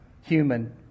human